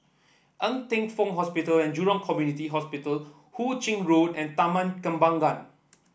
Ng Teng Fong Hospital and Jurong Community Hospital Hu Ching Road and Taman Kembangan